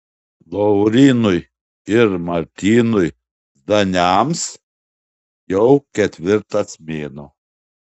laurynui ir martynui zdaniams jau ketvirtas mėnuo